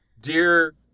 Dear